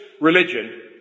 religion